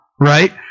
right